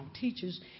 teachers